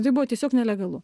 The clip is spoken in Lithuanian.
tai buvo tiesiog nelegalu